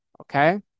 okay